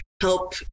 help